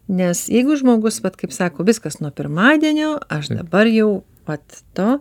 nes jeigu žmogus vat kaip sako viskas nuo pirmadienio aš dabar jau vat to